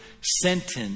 sentence